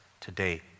today